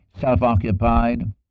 Self-occupied